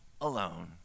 alone